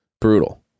brutal